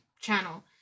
channel